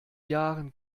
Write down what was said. jahren